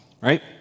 right